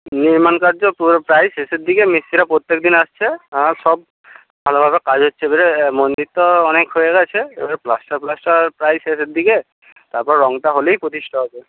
নির্মাণকার্য প্রায় শেষের দিকে মিস্ত্রিরা প্রত্যেকদিন আসছে আর সব ভালোভাবে কাজ হচ্ছে এবারে মন্দির তো অনেক হয়ে গেছে এবার প্লাস্টার ফ্লাস্টার প্রায় শেষের দিকে তারপর রঙটা হলেই প্রতিষ্ঠা হবে